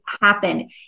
happen